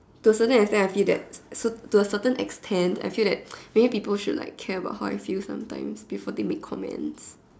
to a certain extent I see that to a certain extent I feel that maybe people should like care about how I feel sometimes before they make comments